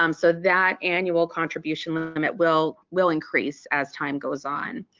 um so that annual contribution limit limit will will increase as time goes on.